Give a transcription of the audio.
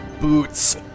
boots